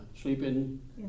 Sleeping